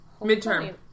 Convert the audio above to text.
Midterm